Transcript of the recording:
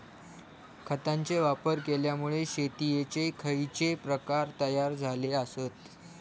खतांचे वापर केल्यामुळे शेतीयेचे खैचे प्रकार तयार झाले आसत?